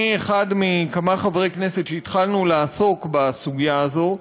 אני אחד מכמה חברי כנסת שהתחילו לעסוק בסוגיה הזאת,